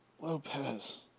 Lopez